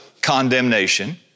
condemnation